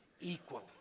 equal